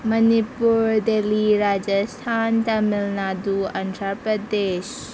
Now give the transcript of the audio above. Manipur Delhi Rajasthan Tamil Nadu Andhra Pradesh